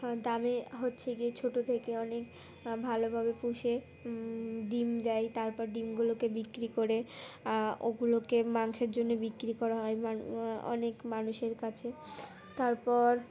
দামে হচ্ছে গিয়ে ছোটো থেকে অনেক ভালোভাবে পুষে ডিম দেয় তারপর ডিমগুলোকে বিক্রি করে ওগুলোকে মাংসের জন্য বিক্রি করা হয় অনেক মানুষের কাছে তারপর